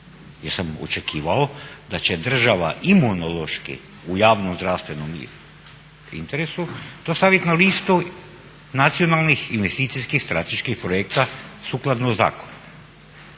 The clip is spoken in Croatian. sam očekivao da će država Imunološki u javno zdravstvenom interesu to stavit na listu nacionalnih investicijskih strateški projekata sukladno zakonu.